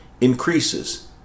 increases